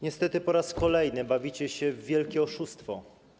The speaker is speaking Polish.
Niestety po raz kolejny bawicie się w wielkie oszustwo.